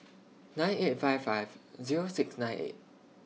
nine eight five five Zero six nine eight